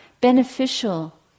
beneficial